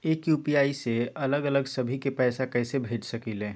एक यू.पी.आई से अलग अलग सभी के पैसा कईसे भेज सकीले?